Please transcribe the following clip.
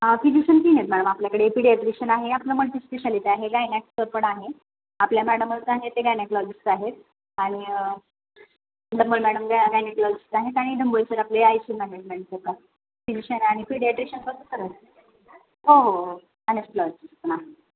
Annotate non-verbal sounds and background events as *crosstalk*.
physician तीन आहेत madam आपल्याकडे ए पीडियाट्रिशन आहे आपलं मल्टी स्पेशालिट आहे गायनॅकचं पण आहे आपल्या मॅडमच आहे ते गायनॅकलॉजिस आहेत आणि *unintelligible* मॅडम ज्या गायनॅकलॉजिस आहेत आणि ढंबोळे सर आपले आय सी मॅनेजमेंटच का फिजिशन आणि पीडीयाट्रिशन हो हो हो *unintelligible*